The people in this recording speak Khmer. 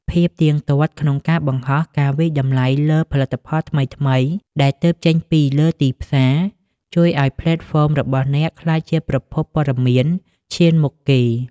ភាពទៀងទាត់ក្នុងការបង្ហោះការវាយតម្លៃលើផលិតផលថ្មីៗដែលទើបចេញលើទីផ្សារ ជួយឱ្យផ្លេតហ្វមរបស់អ្នកក្លាយជាប្រភពព័ត៌មានឈានមុខគេ។